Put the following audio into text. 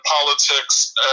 politics